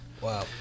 Wow